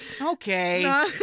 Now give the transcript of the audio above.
Okay